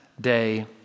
day